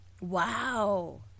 Wow